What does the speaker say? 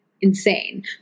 insane